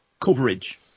coverage